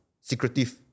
secretive